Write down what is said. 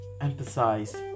emphasize